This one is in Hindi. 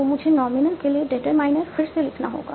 तो मुझे नॉमिनल के लिए डिटरमाइनर फिर से लिखना होगा